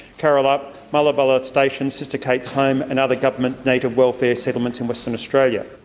carrolup, moola bulla station, sister kate's home and other government native welfare settlements in western australia.